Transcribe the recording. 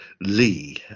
Lee